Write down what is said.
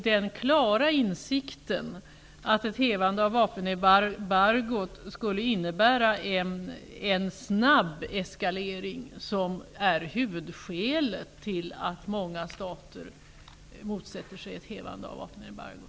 Den klara insikten att ett hävande av vapenembargot skulle innebära en snabb eskalering är nog huvudskälet till att många stater motsätter sig det.